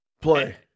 play